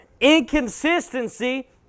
Inconsistency